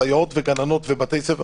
סייעות וגננות ובתי ספר,